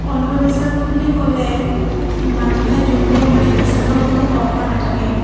অন্ধবিশ্বাস বুলি ক'লে মানুহে যোনবোৰ মানে বিশ্বাসৰ কোনো অৰ্থ নাথাকে